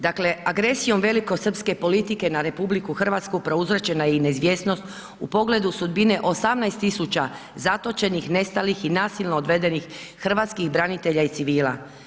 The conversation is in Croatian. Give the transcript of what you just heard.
Dakle, agresijom velikosrpske agresije na RH prouzročena je i neizvjesnost u pogledu sudbine 18.000 zatočenih, nestalih i nasilno odvedenih Hrvatskih branitelja i civila.